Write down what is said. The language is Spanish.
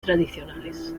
tradicionales